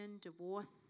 divorce